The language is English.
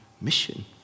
mission